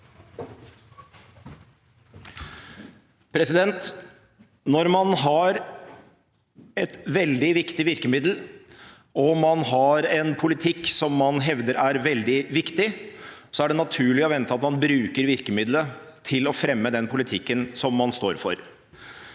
Når man har et veldig viktig virkemiddel, og man har en politikk som man hevder er veldig viktig, er det naturlig å vente at man bruker dette virkemidlet til å fremme den politikken man står for.